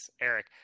Eric